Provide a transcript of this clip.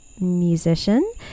musician